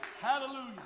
Hallelujah